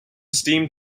steam